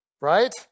Right